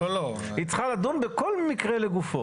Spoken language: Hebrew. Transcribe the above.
היא צריכה לדון בכל מקרה לגופו.